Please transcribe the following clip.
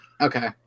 Okay